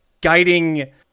guiding